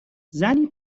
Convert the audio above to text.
زنی